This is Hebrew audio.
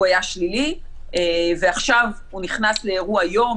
היה שלילי ועכשיו הוא נכנס לאירוע יום,